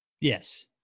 yes